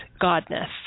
godness